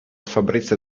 fabrizio